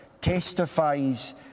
testifies